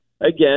Again